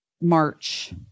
March